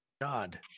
God